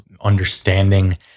understanding